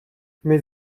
mais